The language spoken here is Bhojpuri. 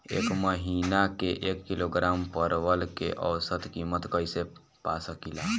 एक महिना के एक किलोग्राम परवल के औसत किमत कइसे पा सकिला?